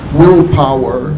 willpower